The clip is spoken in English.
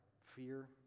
fear